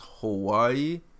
Hawaii